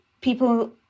people